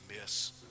miss